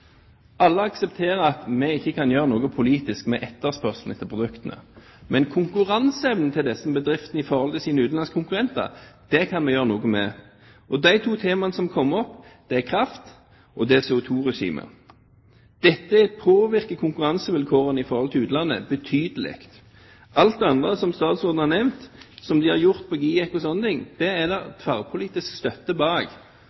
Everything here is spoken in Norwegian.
Alle aksepterer at vi ikke kan gjøre noe politisk med etterspørselen etter produktene, men bedriftenes konkurranseevne i forhold til deres utenlandske konkurrenter kan vi gjøre noe med. De to temaene som har kommet opp, gjelder kraft og CO2-regimet. Dette påvirker konkurransevilkårene overfor utlandet betydelig. Alt det andre som statsråden har nevnt – GIEK osv. – er det tverrpolitisk støtte bak. Det er